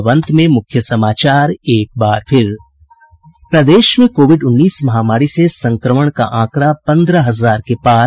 और अब अंत में मुख्य समाचार एक बार फिर प्रदेश में कोविड उन्नीस महामारी से संक्रमण का आंकड़ा पन्द्रह हजार के पार